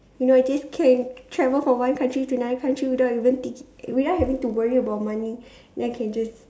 you know just can travel from one country to another country without even thinking without having to worry about money then I can just